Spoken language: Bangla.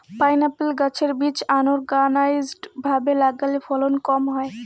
পাইনএপ্পল গাছের বীজ আনোরগানাইজ্ড ভাবে লাগালে ফলন কম হয়